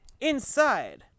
Inside